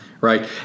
right